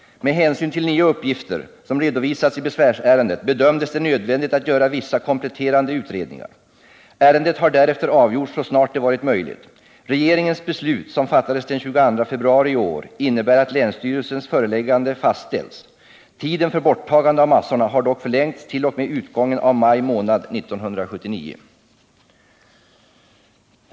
Med hänsyn till nya uppgifter, som redovisats i besvärsärendet, bedömdes det nödvändigt att göra vissa kompletterande utredningar. Ärendet har därefter avgjorts så snart det varit möjligt. Regeringens beslut, som fattades den 22 februari i år, innebär att länsstyrelsens föreläggande fastställts. Tiden för borttagande av massorna har dock förlängts t.o.m. utgången av maj månad 1979.